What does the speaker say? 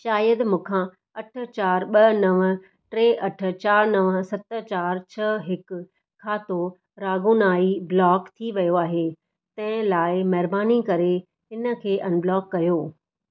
शायदि मूंखां अठ चारि ॿ नव टे अठ चारि नव सत चारि छह हिकु खातो रेगुनाही ब्लॉक थी वियो आहे तंहिं लाइ महिरबानी करे इनखे अनब्लॉक करियो